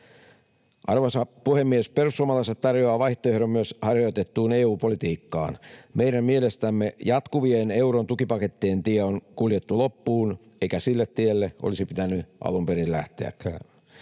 Arvoisa puhemies! Perussuomalaiset tarjoavat vaihtoehdon myös harjoitettuun EU-politiikkaan. Meidän mielestämme jatkuvien EU:n tukipakettien tie on kuljettu loppuun, eikä sille tielle olisi pitänyt alun perin lähteäkään.